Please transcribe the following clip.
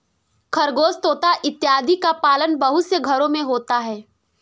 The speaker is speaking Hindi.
खरगोश तोता इत्यादि का पालन बहुत से घरों में होता है